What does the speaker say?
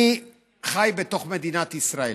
אני חי בתוך מדינת ישראל.